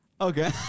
Okay